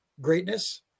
greatness